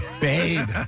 babe